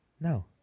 No